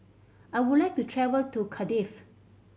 I would like to travel to Cardiff